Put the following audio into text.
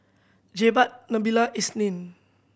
Jebat Nabila Isnin